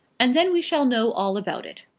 and then we shall know all about it.